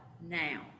now